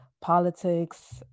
politics